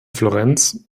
florenz